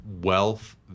wealth